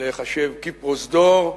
להיחשב לשיחות פרוזדור.